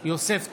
יוסף טייב,